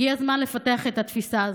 הגיע הזמן לפתח את התפיסה הזאת: